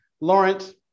Lawrence